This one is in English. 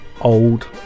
old